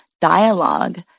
dialogue